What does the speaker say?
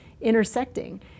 intersecting